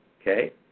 okay